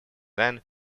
then